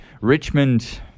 Richmond